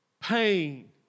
Pain